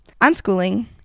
Unschooling